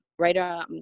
right